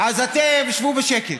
אז אתם, שבו בשקט.